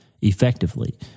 effectively